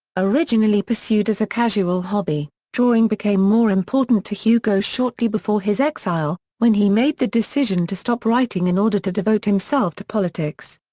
originally pursued as a casual hobby, drawing became more important to hugo shortly before his exile, when he made the decision to stop writing in order to devote himself to politics.